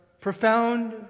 profound